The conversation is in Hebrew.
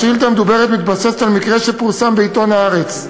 השאילתה המדוברת מתבססת על מקרה שפורסם בעיתון "הארץ"